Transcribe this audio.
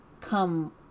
come